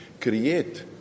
create